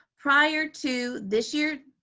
prior to this year,